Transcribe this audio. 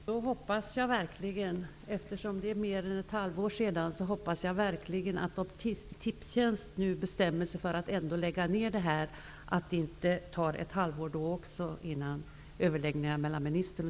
Fru talman! Det har gått mer än ett halvår sedan dessa kontakter togs. Om Tipstjänst nu bestämmer sig för att ändå lägga ned ''off-line-systemet'' hoppas jag verkligen att det inte också tar ett halvår innan överläggningen mellan ministern och